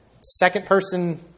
second-person